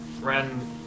Ren